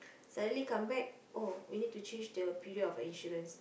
suddenly come back oh we need to change the period of insurance